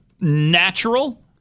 natural